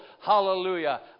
Hallelujah